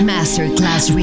Masterclass